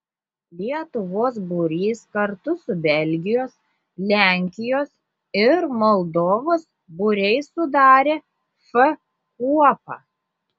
lietuvos būrys kartu su belgijos lenkijos ir moldovos būriais sudarė f kuopą